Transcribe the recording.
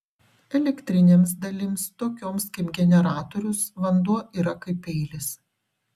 elektrinėms dalims tokioms kaip generatorius vanduo yra kaip peilis